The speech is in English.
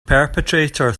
perpetrator